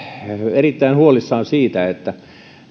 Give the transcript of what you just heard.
erittäin huolissaan siitä että